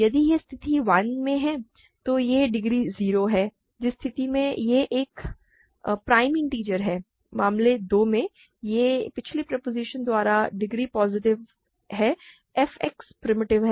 यदि यह स्थिति 1 में है तो यह डिग्री 0 है जिस स्थिति में यह एक प्राइम इन्टिजर है मामले 2 में यह पिछले प्रोपोज़िशन द्वारा डिग्री पॉजिटिव है f X प्रिमिटिव है